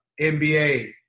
NBA